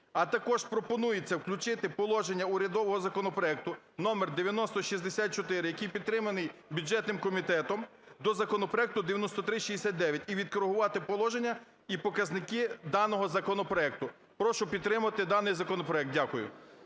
А також пропонується включити положення урядового законопроекту №9064, який підтриманий бюджетним комітетом, до законопроекту 9369 і відкорегувати положення і показники даного законопроекту. Прошу підтримати даний законопроект. Дякую.